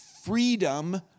freedom